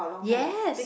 yes